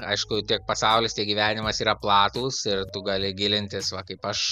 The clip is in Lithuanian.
aišku tiek pasaulis tiek gyvenimas yra platūs ir tu gali gilintis va kaip aš